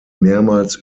mehrmals